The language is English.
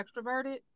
extroverted